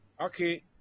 Okay